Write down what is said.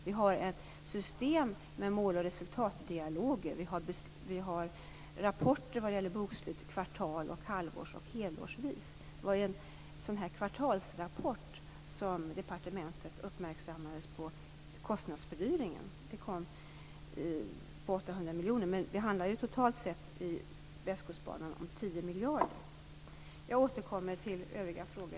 Vi har ett system med måloch resultatdialoger. Vi har rapporter vad gäller bokslut kvartals-, halvårs och helårsvis. Det var i en sådan kvartalsrapport som departementet uppmärksammades på kostnadsfördyringen på 800 miljoner. Men Västkustbanan handlar totalt sett om 10 miljarder. Jag återkommer till övriga frågor.